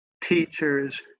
teachers